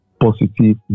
positive